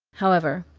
however,